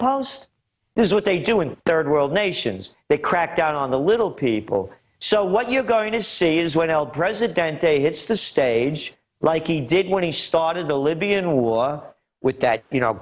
this is what they do in third world nations they crack down on the little people so what you're going to see is what held president day it's the stage like he did when he started a libyan war with that you know